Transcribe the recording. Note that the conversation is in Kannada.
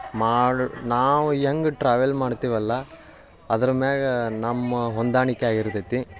ಮಾಡ್ ನಾವು ಹೆಂಗ್ ಟ್ರಾವೆಲ್ ಮಾಡ್ತೀವಲ್ಲ ಅದ್ರ ಮ್ಯಾಲ ನಮ್ಮ ಹೊಂದಾಣಿಕೆ ಆಗಿರ್ತೈತಿ